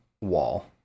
wall